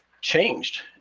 changed